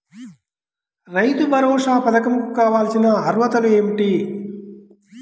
రైతు భరోసా పధకం కు కావాల్సిన అర్హతలు ఏమిటి?